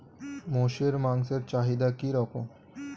মোষের মাংসের চাহিদা কি রকম?